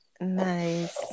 Nice